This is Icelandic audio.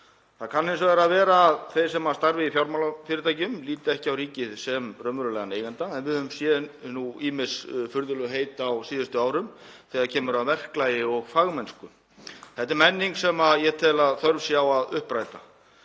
Það kann hins vegar að vera að þeir sem starfa í fjármálafyrirtækjum líti ekki á ríkið sem raunverulegan eiganda en við höfum nú séð ýmis furðulegheit á síðustu árum þegar kemur að verklagi og fagmennsku. Þetta er menning sem ég tel að þörf sé á að uppræta.